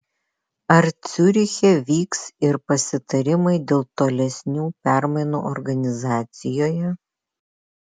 ar ciuriche vyks ir pasitarimai dėl tolesnių permainų organizacijoje